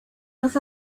los